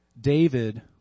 David